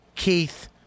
Keith